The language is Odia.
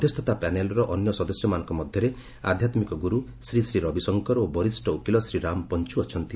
ମଧ୍ୟସ୍ଥତା ପ୍ୟାନେଲର ଅନ୍ୟ ସଦସ୍ୟ ମାନଙ୍କ ମଧ୍ୟରେ ଆଧ୍ୟାତ୍ମିକ ଗୁରୁ ଶ୍ରୀ ଶ୍ରୀ ରବିଶଙ୍କର ଓ ବରିଷ୍ଠ ଓକିଲ ଶ୍ରୀରାମ ପଞ୍ଚୁ ଅଛନ୍ତି